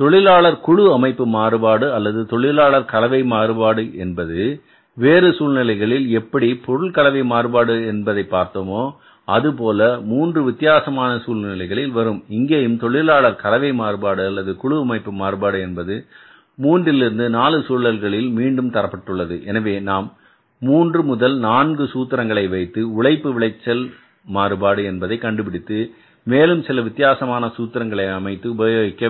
தொழிலாளர் குழு அமைப்பு மாறுபாடு அல்லது தொழிலாளர் கலவை மாறுபாடு என்பது வேறு சூழ்நிலைகளில் எப்படி பொருள் கலவை மாறுபாடு என்பதை பார்த்தோமோ அதுபோல மூன்று வித்தியாசமான சூழல்களில் வரும் இங்கேயும் தொழிலாளர் கலவை மாறுபாடு அல்லது குழு அமைப்பு மாறுபாடு என்பது மூன்றிலிருந்து 4 சூழல்களில் மீண்டும் தரப்பட்டுள்ளது எனவே நாம் மூன்று முதல் 4 சூத்திரங்களை வைத்து உழைப்பு விளைச்சல் மாறுபாடு என்பதை கண்டுபிடித்து மேலும் சில வித்தியாசமான சூத்திரங்களை அமைத்து உபயோகிக்க வேண்டும்